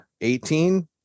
18